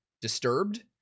disturbed